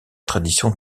tradition